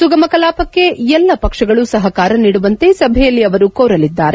ಸುಗಮ ಕಲಾಪಕ್ಷೆ ಎಲ್ಲ ಪಕ್ಷಗಳು ಸಹಕಾರ ನೀಡುವಂತೆ ಸಭೆಯಲ್ಲಿ ಅವರು ಕೋರಲಿದ್ದಾರೆ